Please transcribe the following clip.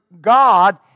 God